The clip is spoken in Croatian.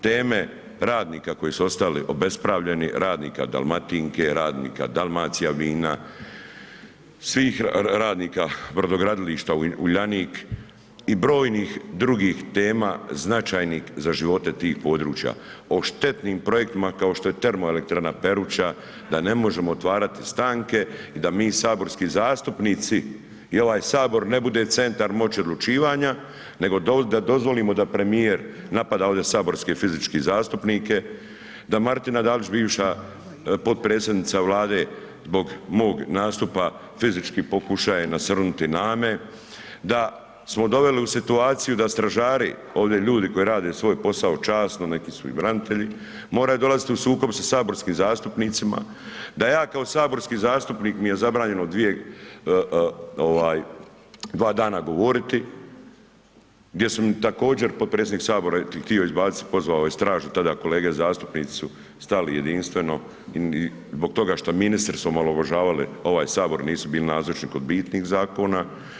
Teme radnika koji su ostali obespravljeni, radnika Dalmatinke, radnika Dalmacijavina, svih radnika, brodogradilišta Uljanik i brojnih drugih tema značajnih za živote tih područja, o štetnim projektima kao što je termoelektrana Peruča, da ne možemo otvarati stanke i da mi saborski zastupnici i ovaj HS ne bude centar moći odlučivanja, nego da dozvolimo da premijer napada ovdje saborske fizički zastupnike, da Martina Dalić, bivša potpredsjednica Vlade zbog mog nastupa fizički pokušaje nasrnuti na me, da smo doveli u situaciju da stražari, ovdje ljudi koji rade svoj posao časno, neki su i branitelji, moraju dolazit u sukob sa saborskim zastupnicima, da ja kao saborski zastupnik mi je zabranjeno dva dana govoriti, gdje su mi također potpredsjednik HS htio izbaciti, pozvao je stražu, tada kolege zastupnici su stali jedinstveno zbog toga što ministri su omaložavali ovaj HS, nisu bili nazočni kod bitnih zakona.